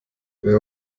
wer